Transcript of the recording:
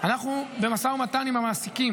שאנחנו במשא ומתן עם המעסיקים